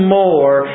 more